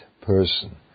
person